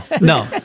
No